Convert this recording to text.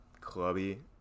clubby